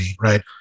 right